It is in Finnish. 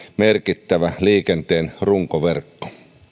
merkittävä liikenteen runkoverkko